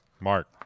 Mark